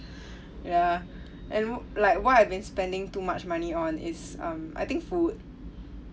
ya and like what I've been spending too much money on is um I think food